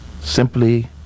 Simply